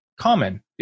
common